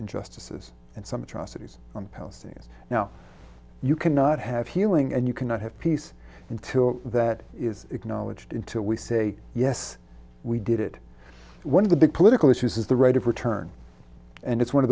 injustices and some atrocities on posting now you cannot have healing and you cannot have peace until that is acknowledged until we say yes we did it one of the big political issues is the right of return and it's one of